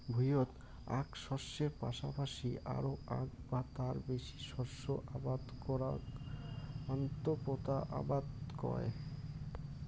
ভুঁইয়ত আক শস্যের পাশাপাশি আরো আক বা তার বেশি শস্য আবাদ করাক আন্তঃপোতা আবাদ কয়